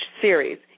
series